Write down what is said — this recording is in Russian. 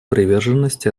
приверженность